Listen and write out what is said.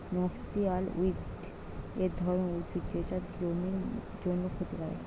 noxious weed এক ধরণের উদ্ভিদ যেটা জমির জন্যে ক্ষতিকারক